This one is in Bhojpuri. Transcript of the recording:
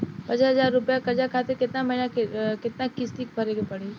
पचास हज़ार रुपया कर्जा खातिर केतना महीना केतना किश्ती भरे के पड़ी?